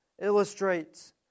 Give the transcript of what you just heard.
illustrates